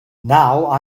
now